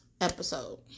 episode